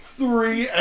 three